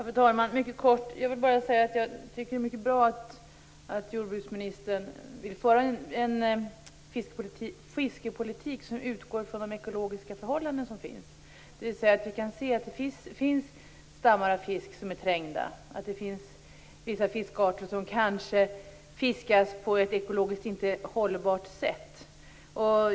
Fru talman! Jag tycker att det är mycket bra att jordbruksministern vill föra en fiskepolitik som utgår från de ekologiska förhållandena. Vi kan ju se att det finns fiskstammar som är trängda, att vissa fiskarter fiskas på ett sätt som kanske inte är ekologiskt hållbart.